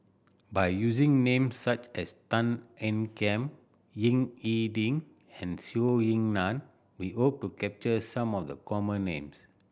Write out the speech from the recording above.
by using names such as Tan Ean Kiam Ying E Ding and Zhou Ying Nan we hope to capture some of the common names